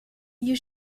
you